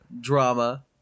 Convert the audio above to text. drama